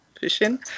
Fishing